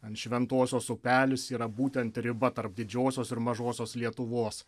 ten šventosios upelis yra būtent riba tarp didžiosios ir mažosios lietuvos